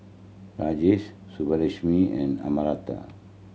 Rajesh Subbulakshmi and Amartya